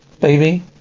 baby